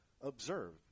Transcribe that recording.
observe